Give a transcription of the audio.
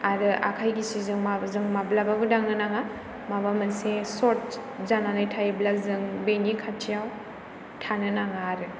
आरो आखाइ गिसिजों जों माब्लाबाबो दांनो नाङा माबा मोनसे चर्ट जानानै थायोब्लाजों बेनि खाथियाव थानो नाङा आरो